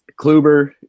Kluber